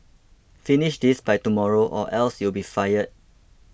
finish this by tomorrow or else you'll be fired